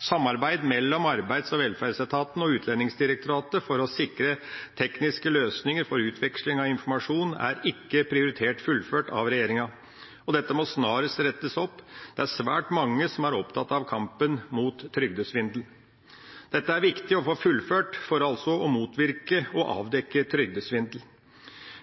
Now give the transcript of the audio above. Samarbeid mellom Arbeids- og velferdsetaten og Utlendingsdirektoratet for å sikre tekniske løsninger for utveksling av informasjon er ikke prioritert fullført av regjeringa. Dette må snarest rettes opp. Det er svært mange som er opptatt av kampen mot trygdesvindel. Dette er viktig å få fullført for altså å motvirke og avdekke trygdesvindel.